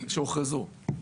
מונופולים שהוכרזו.